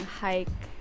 hike